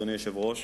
אדוני היושב-ראש,